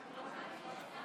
אנחנו ממשיכים בסדר-היום,